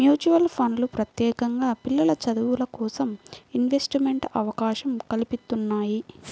mutual ఫండ్లు ప్రత్యేకంగా పిల్లల చదువులకోసం ఇన్వెస్ట్మెంట్ అవకాశం కల్పిత్తున్నయ్యి